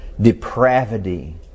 depravity